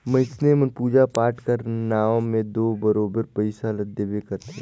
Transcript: मइनसे मन पूजा पाठ कर नांव में दो बरोबेर पइसा ल देबे करथे